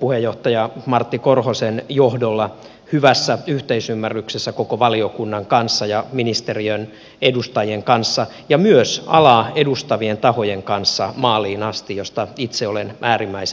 puheenjohtaja martti korhosen johdolla hyvässä yhteisymmärryksessä koko valiokunnan kanssa ja ministeriön edustajien kanssa ja myös alaa edustavien tahojen kanssa maaliin asti mistä itse olen äärimmäisen tyytyväinen